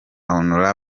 hon